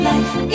Life